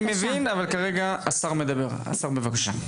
אני מבין, אבל כרגע השר מדבר, השר בבקשה.